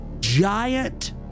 Giant